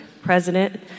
president